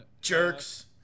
jerks